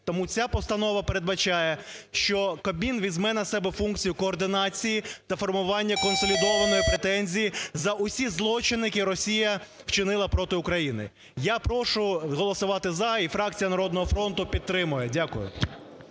Тому ця постанова передбачає, що Кабмін візьме на себе функцію координації та формування консолідованої претензії за всі злочини, які Росія вчинила проти України. Я прошу голосувати "за", і фракція "Народного фронту" підтримує. Дякую.